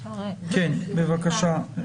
כן, בבקשה.